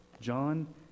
John